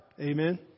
Amen